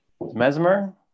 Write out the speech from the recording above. Mesmer